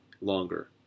longer